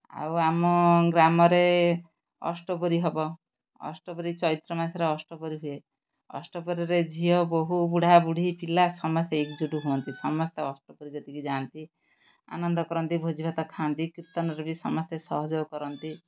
ହଁ ଆଉ ଆମ ଗ୍ରାମରେ ଅଷ୍ଟପ୍ରହରୀ ହବ ଅଷ୍ଟପ୍ରହରୀ ଚୈତ୍ର ମାସରେ ଅଷ୍ଟପ୍ରହରୀ ହୁଏ ଅଷ୍ଟପ୍ରହରୀରେ ଝିଅ ବୋହୁ ବୁଢ଼ା ବୁଢ଼ୀ ପିଲା ସମସ୍ତେ ଏକଜୁଟ ହୁଅନ୍ତି ସମସ୍ତେ ଅଷ୍ଟପ୍ରହରୀକି ଯେତିକି ଯାଆନ୍ତି ଆନନ୍ଦ କରନ୍ତି ଭୋଜି ଭାତ ଖାଆନ୍ତି କୀର୍ତ୍ତନରେ ବି ସମସ୍ତେ ସହଯୋଗ କରନ୍ତି